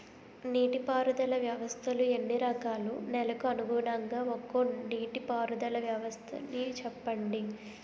నీటి పారుదల వ్యవస్థలు ఎన్ని రకాలు? నెలకు అనుగుణంగా ఒక్కో నీటిపారుదల వ్వస్థ నీ చెప్పండి?